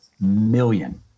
million